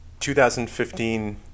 2015